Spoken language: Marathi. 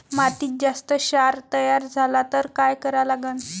मातीत जास्त क्षार तयार झाला तर काय करा लागन?